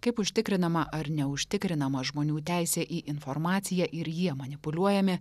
kaip užtikrinama ar neužtikrinama žmonių teisė į informaciją ir jie manipuliuojami